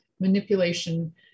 manipulation